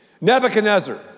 Nebuchadnezzar